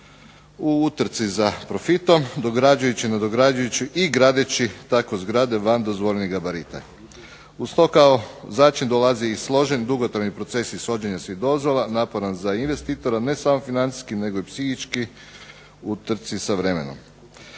u utrci za profitom, dograđujući, nadograđujući i gradeći tako zgrade van dozvoljenih gabarita. Uz to kao začin dolazi i složen dugotrajni proces ishođenja svih dozvola, naporan za investitora, ne samo financijski, nego i psihički u utvrdi sa vremenom.